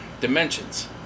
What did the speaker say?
dimensions